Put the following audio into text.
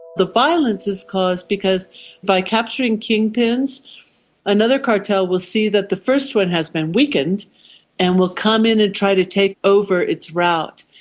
the violence is caused because by capturing kingpins another cartel will see that the first one has been weakened and will come in and try to take over its route.